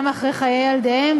גם אחרי חיי ילדיהם,